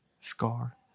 Scar